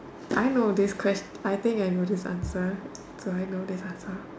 I know this ques I think I know this answer do I know this answer